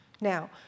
Now